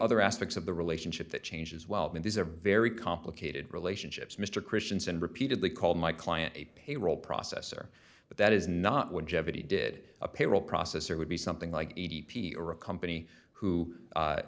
other aspects of the relationship that change as well and these are very complicated relationships mr christians and repeatedly called my client a payroll processor but that is not what jeopardy did a payroll processor would be something like eighty p or a company who